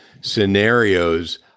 scenarios